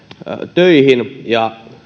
töihin